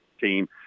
team